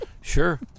sure